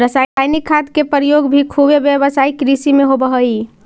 रसायनिक खाद के प्रयोग भी खुबे व्यावसायिक कृषि में होवऽ हई